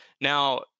Now